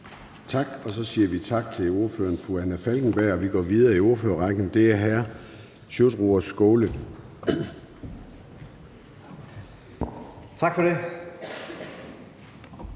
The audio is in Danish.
Tak. Og så siger vi tak til ordføreren, fru Anna Falkenberg, og går videre i ordførerrækken med hr. Sjúrður Skaale. Kl.